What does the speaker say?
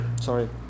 sorry